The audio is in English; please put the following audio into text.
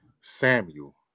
Samuel